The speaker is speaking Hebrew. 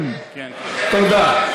תודה.